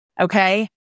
okay